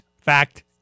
fact